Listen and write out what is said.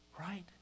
Right